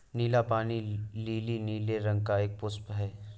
नीला पानी लीली नीले रंग का एक पुष्प है